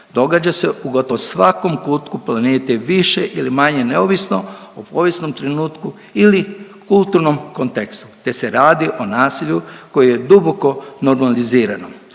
događa se u gotovo svakom kutku planete, više ili manje neovisno o povijesnom trenutku ili kulturnom kontekstu te se radi o nasilju koje je duboko normalizirano.